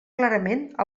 clarament